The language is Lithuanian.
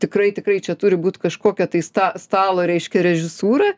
tikrai tikrai čia turi būt kažkokia tai sta stalo reiškia režisūra